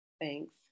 Thanks